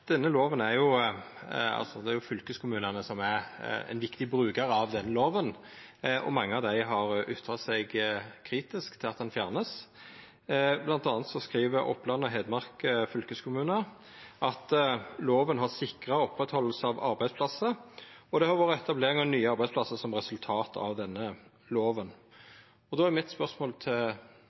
det er fylkeskommunane som er ein viktig brukar av denne loven, og mange av dei har ytra seg kritisk til at den vert fjerna. Blant anna skriv Oppland og Hedmark fylkeskommune at «loven har sikret opprettholdelse av arbeidsplasser, og at det har vært etablering av nye arbeidsplasser som resultat av loven». Då er mitt spørsmål til